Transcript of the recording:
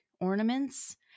ornaments